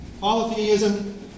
Polytheism